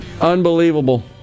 Unbelievable